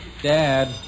Dad